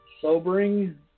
sobering